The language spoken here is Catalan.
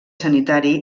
sanitari